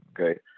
okay